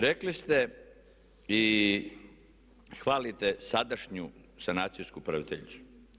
Rekli ste i hvalite sadašnju sanacijsku upraviteljicu.